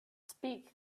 speak